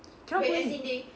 cannot go in